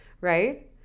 Right